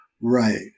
right